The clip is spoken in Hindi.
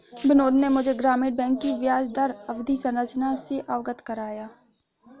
बिनोद ने मुझे ग्रामीण बैंक की ब्याजदर अवधि संरचना से अवगत कराया